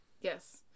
Yes